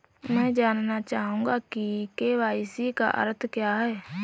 मैं जानना चाहूंगा कि के.वाई.सी का अर्थ क्या है?